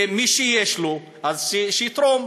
ומי שיש לו, אז שיתרום,